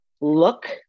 look